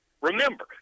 Remember